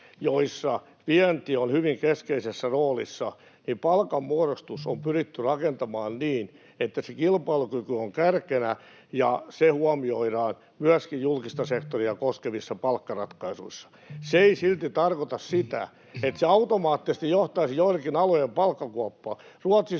joissa vienti on hyvin keskeisessä roolissa, palkanmuodostus on pyritty rakentamaan niin, että se kilpailukyky on kärkenä ja se huomioidaan myöskin julkista sektoria koskevissa palkkaratkaisuissa. [Anne Kalmari: Hyvästi, Sari Sairaanhoitaja!] Se ei silti tarkoita sitä, että se automaattisesti johtaisi joidenkin alojen palkkakuoppaan.